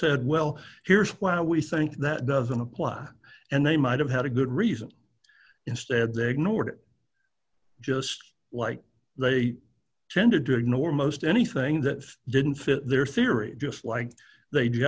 said well here's why we think that doesn't apply and they might have had a good reason instead they ignored it just like they tended to ignore most anything that didn't fit their theory just like they